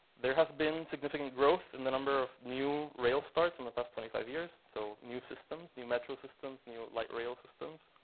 there has been significant growth in the number of new rail starts in the past twenty five years so new systems, new metro systems, new light rail systems.